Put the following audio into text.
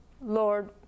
Lord